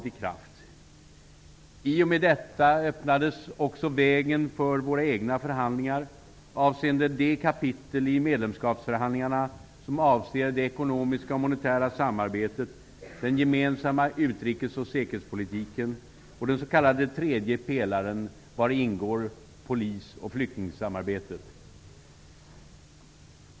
I och med detta öppnades också vägen för våra egna förhandlingar avseende de kapitel i medlemskapsförhandlingarna som avser det ekonomiska och monetära samarbetet, den gemensamma utrikes och säkerhetspolitiken och den s.k. tredje pelaren, vari polis och flyktingsamarbetet ingår.